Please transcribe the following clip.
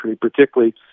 particularly